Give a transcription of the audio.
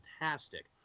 fantastic